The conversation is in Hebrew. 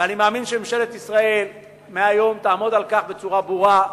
ואני מאמין שממשלת ישראל מהיום תעמוד על כך בצורה ברורה.